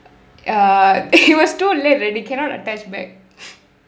err it was too late already cannot attach back